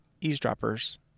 eavesdroppers